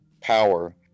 power